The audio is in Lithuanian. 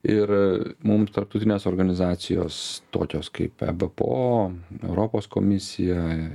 ir mum tarptautinės organizacijos tokios kaip eba po europos komisija